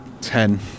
Ten